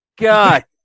God